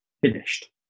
finished